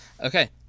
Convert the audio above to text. Okay